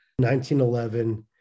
1911